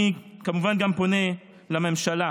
אני, כמובן, פונה גם לממשלה,